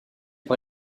par